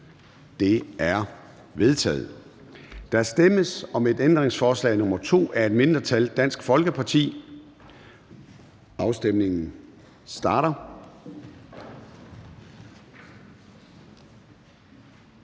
Det er vedtaget. Der stemmes om ændringsforslag nr. 2 af et mindretal (DF). Afstemningen starter.